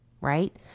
right